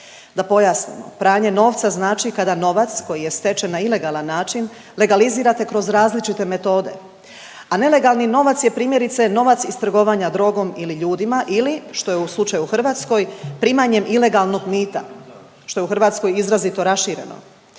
Da pojasnimo. Pranje novca znači kada novac koji je stečen na ilegalan način legalizirate kroz različite metode, a nelegalni novac je primjerice novac iz trgovanja drogom ili ljudima ili što je u slučaju u Hrvatskoj primanjem ilegalnog mita što je u Hrvatskoj izrazito rašireno.